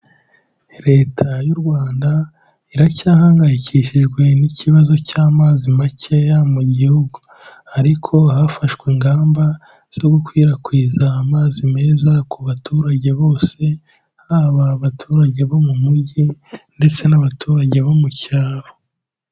Leta y'u Rwanda iracyahangayikishijwe n'ikibazo cy'amazi makeya mu gihugu. Ariko hafashwe ingamba zo gukwirakwiza amazi meza ku baturage bose, haba abaturage bo mu mujyi ndetse n'abaturage bo mu cyaro.